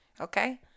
okay